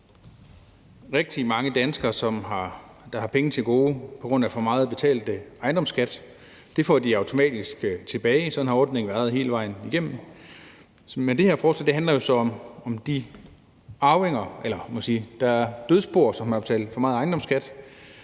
Rigtig mange danskere, der har penge til gode på grund af for meget betalt ejendomsskat, får automatisk pengene tilbage, for sådan har ordningen været hele vejen igennem. Men det her forslag handler så om de dødsboer, som har betalt for meget ejendomsskat,